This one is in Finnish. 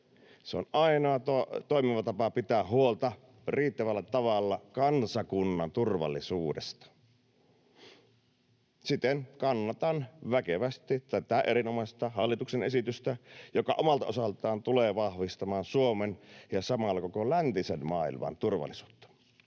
Se on ainoa toimiva tapa pitää huolta riittävällä tavalla kansakunnan turvallisuudesta. Siten kannatan väkevästi tätä erinomaista hallituksen esitystä, joka omalta osaltaan tulee vahvistamaan Suomen ja samalla koko läntisen maailman turvallisuutta.